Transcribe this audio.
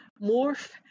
morph